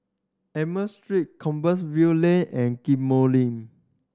Amoy Street Compassvale Lane and Ghim Moh Link